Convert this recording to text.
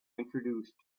introduce